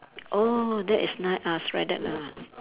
oh that is na~ uh shredded ah